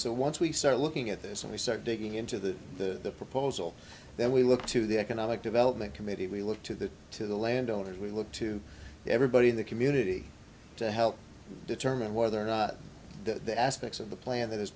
so once we start looking at this and we start digging into the the proposal then we look to the economic development committee we look to the to the landowners we look to everybody in the community to help determine whether or not that the aspects of the plan that i